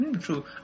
True